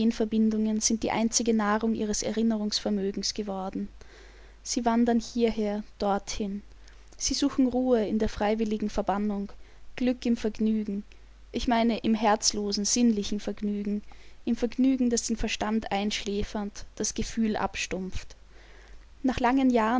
ideenverbindungen sind die einzige nahrung ihres erinnerungsvermögens geworden sie wandern hierher dorthin sie suchen ruhe in der freiwilligen verbannung glück im vergnügen ich meine im herzlosen sinnlichen vergnügen im vergnügen das den verstand einschläfert das gefühl abstumpft nach langen jahren